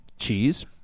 cheese